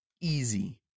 easy